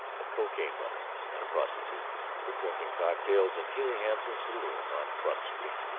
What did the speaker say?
a cocaine-runner and a prostitute were drinking cocktails in healey hanson's saloon on front street.